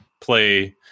play